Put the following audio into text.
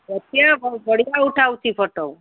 ବଢ଼ିଆ ଉଠାହଉଛି ଫଟୋ